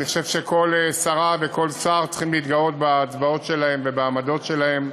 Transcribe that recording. אני חושב שכל שרה וכל שר צריכים להתגאות בהצבעות שלהם ובעמדות שלהם.